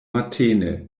matene